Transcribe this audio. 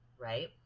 right